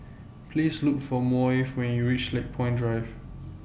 Please Look For Maeve when YOU REACH Lakepoint Drive